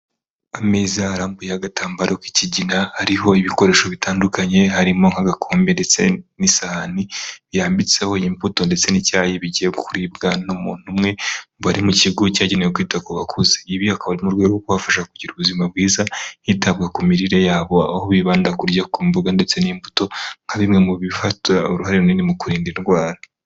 Ameza arambuye agatambaro k'ikigina hariho ibikoresho bitandukanye harimo nk'agakomereretse n'isahani, yambitseho imbuto ndetse n'icyayi bigiye kuribwa n'umuntu umwe, mu bari mu kigo cyagenewe kwita ku bakuze bakaba mu rwego rwo kubafasha kugira ubuzima bwiza, hitabwa ku mirire yabo aho bibanda kurya ku mbuga ndetse n'imbuto, nka bimwe mu bifata uruhare runini mu kurinda indwara.